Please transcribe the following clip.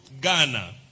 Ghana